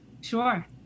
Sure